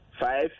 Five